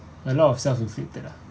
a lot of self inflicted ah